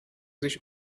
sich